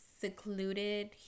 secluded